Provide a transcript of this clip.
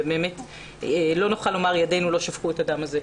באמת לא נוכל להגיד שידינו לא שפכו את הדם הזה,